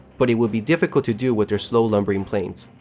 but, it would be difficult to do with their slow lumbering planes.